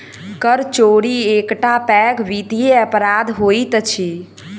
कर चोरी एकटा पैघ वित्तीय अपराध होइत अछि